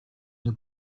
nous